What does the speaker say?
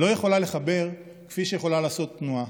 לא יכולה לחבר כפי שיכולה לעשות תנועה.